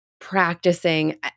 practicing